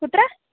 कुत्र